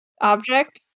object